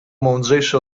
mądrzejsze